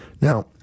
Now